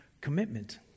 commitment